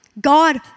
God